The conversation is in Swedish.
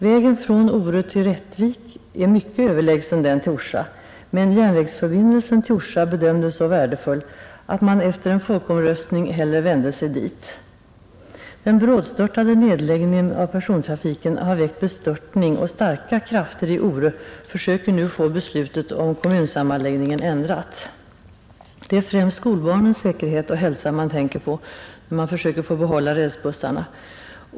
Vägen från Ore till Rättvik är mycket överlägsen den till Orsa, men järnvägsförbindelsen till Orsa bedömdes som så värdefull att man efter folkomröstning hellre vände sig dit. Den brådstörtade nedläggningen av persontrafiken har väckt bestörtning, och starka krafter i Ore försöker nu få beslutet om kommunsammanläggningen ändrat. Det är främst skolbarnens säkerhet och hälsa man tänker på när man försöker få behålla rälsbussarna.